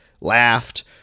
Laughed